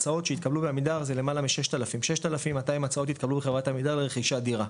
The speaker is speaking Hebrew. הצעות שהתקבלו בחברת עמידר זה כ-6,200 לרכישת דירה,